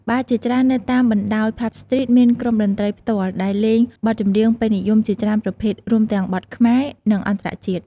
បារជាច្រើននៅតាមបណ្ដោយ ផាប់ ស្ទ្រីត មានក្រុមតន្ត្រីផ្ទាល់ ដែលលេងបទចម្រៀងពេញនិយមជាច្រើនប្រភេទ រួមទាំងបទខ្មែរ និងអន្តរជាតិ។